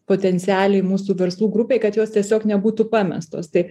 potencialiai mūsų verslų grupei kad jos tiesiog nebūtų pamestos tai